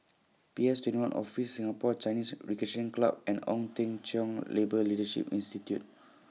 P S twenty one Office Singapore Chinese Recreation Club and Ong Teng Cheong Labour Leadership Institute